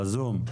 בזום.